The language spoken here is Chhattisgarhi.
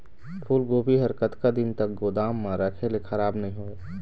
फूलगोभी हर कतका दिन तक गोदाम म रखे ले खराब नई होय?